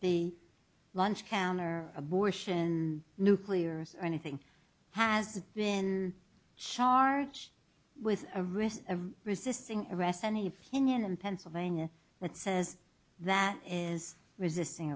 be lunch town or abortion nuclear or anything has been charged with a risk of resisting arrest and if pinion in pennsylvania that says that is resisting